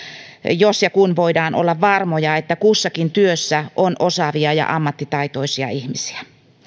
jos ja kun voidaan olla varmoja että kussakin työssä on osaavia ja ammattitaitoisia ihmisiä